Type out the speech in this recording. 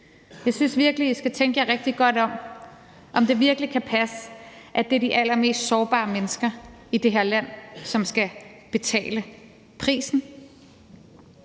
jeg synes virkelig, at I skal tænke jer rigtig godt om og tænke over, om det virkelig kan passe, at det er de allermest sårbare mennesker i det her land, som skal betale prisen